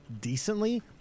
decently